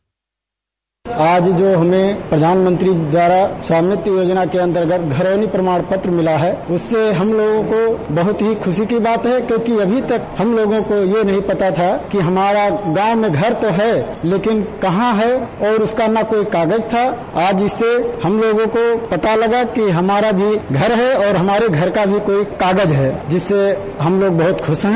लाभार्थी बाइटआज जो हमें प्रधानमंत्री जी द्वारा स्वामित्व योजना के अन्तर्गत घरौनी प्रमाण पत्र मिला है उससे हम लोगों को बहुत ही ख्रशी की बात है क्योंकि अभी तक हम लोगों ये नहीं पता था कि हमारा गांव में घर तो है लेकिन कहां है और उसका न कोई कागज था आज जैसे हम लोगों को पता लगा कि हमारा भी घर है और हमारे घर का भी कार्ड कागज है जिससे हम लोग बहुत खुश हैं